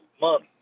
month